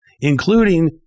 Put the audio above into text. including